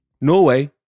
Norway